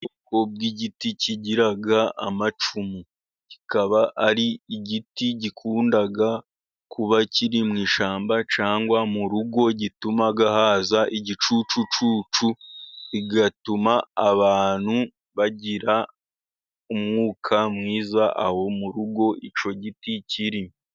Ubwoko bw'igiti kigira amacumu kikaba ari igiti gikunda kuba kiri mu ishyamba cyangwa mu rugo, gituma haza igicucucucu bigatuma abantu bagira umwuka mwiza aho mu rugo icyo giti kiri.